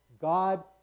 God